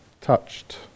Touched